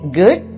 good